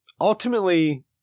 ultimately